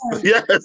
yes